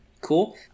Cool